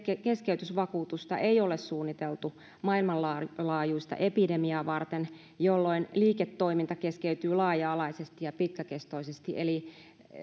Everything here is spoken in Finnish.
keskeytysvakuutusta ei ole suunniteltu maailmanlaajuista epidemiaa varten jolloin liiketoiminta keskeytyy laaja alaisesti ja pitkäkestoisesti eli